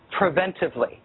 preventively